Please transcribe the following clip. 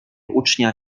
ucznia